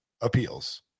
appeals